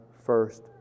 first